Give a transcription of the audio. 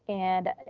and,